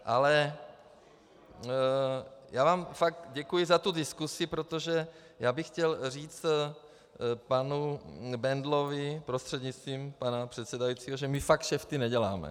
Ale já vám fakt děkuji za tu diskusi, protože bych chtěl říct panu Bendlovi prostřednictvím pana předsedajícího, že my fakt kšefty neděláme.